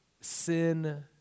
Sin